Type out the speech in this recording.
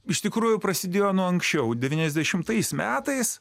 iš tikrųjų prasidėjo nuo anksčiau devyniasdešimtais metais